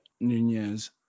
Nunez